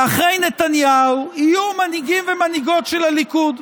ואחרי נתניהו יהיו מנהיגים ומנהיגות של הליכוד.